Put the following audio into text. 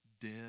Dead